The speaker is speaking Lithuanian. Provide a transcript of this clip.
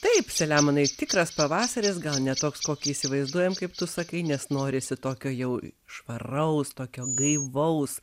taip saliamonai tikras pavasaris gal ne toks kokį įsivaizduojam kaip tu sakai nes norisi tokio jau švaraus tokio gaivaus